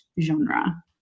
genre